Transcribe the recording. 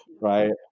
right